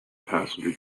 passenger